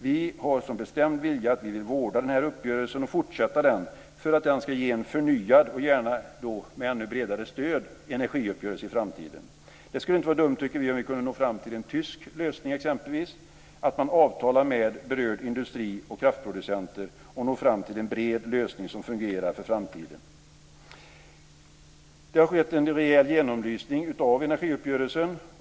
Vi har som bestämd vilja att vårda den här uppgörelsen och fortsätta den för att den ska ge en förnyad energiuppgörelse i framtiden, gärna med ännu bredare stöd. Det skulle inte vara dumt, tycker vi, om vi exempelvis kunde nå fram till en tysk lösning, att man avtalar med berörd industri och kraftproducenter och når fram till en bred lösning som fungerar för framtiden. Det har skett en rejäl genomlysning av energiuppgörelsen.